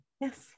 yes